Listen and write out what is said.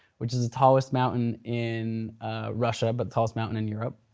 which is the tallest mountain in russia, but the tallest mountain in europe.